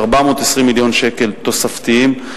420 מיליון שקל תוספתיים.